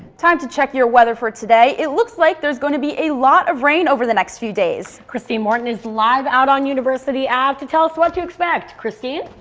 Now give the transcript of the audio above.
time to check your weather for today it looks like there's going to be a lot of rain over the next few days. christine morton is live out on university ave to tell us what to expect. christine.